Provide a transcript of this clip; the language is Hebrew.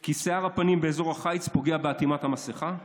כי שיער הפנים באזור החיץ פוגע באטימת המסכה,